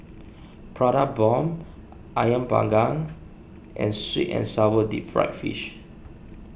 Prata Bomb Ayam Panggang and Sweet and Sour Deep Fried Fish